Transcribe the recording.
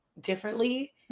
differently